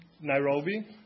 Nairobi